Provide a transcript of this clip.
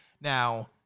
now